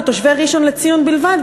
על תושבי ראשון-לציון בלבד,